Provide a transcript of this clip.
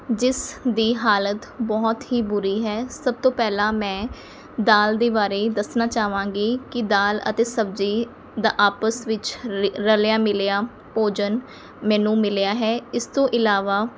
ਜਿਸ ਦੀ ਹਾਲਤ ਬਹੁਤ ਹੀ ਬੁਰੀ ਹੈ ਸਭ ਤੋਂ ਪਹਿਲਾਂ ਮੈਂ ਦਾਲ ਦੇ ਬਾਰੇ ਦੱਸਣਾ ਚਾਵਾਂਗੀ ਕਿ ਦਾਲ ਅਤੇ ਸਬਜ਼ੀ ਦਾ ਆਪਸ ਵਿੱਚ ਰ ਰਲਿਆ ਮਿਲਿਆ ਭੋਜਨ ਮੈਨੂੰ ਮਿਲਿਆ ਹੈ ਇਸ ਤੋਂ ਇਲਾਵਾ